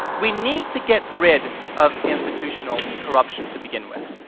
we need to get rid of institutional corruption to begin with.